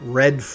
red